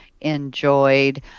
enjoyed